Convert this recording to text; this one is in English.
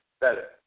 better